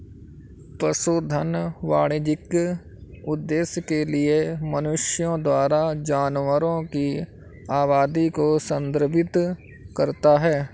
पशुधन वाणिज्यिक उद्देश्य के लिए मनुष्यों द्वारा जानवरों की आबादी को संदर्भित करता है